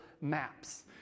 maps